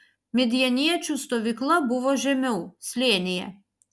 midjaniečių stovykla buvo žemiau slėnyje